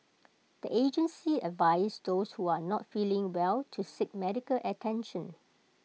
the agency advised those one not feeling well to seek medical attention